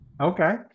Okay